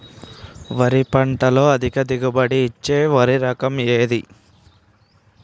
వరి పంట లో అధిక దిగుబడి ఇచ్చే వరి రకం ఏది?